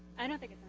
i don't think